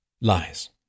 Lies